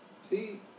See